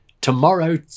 tomorrow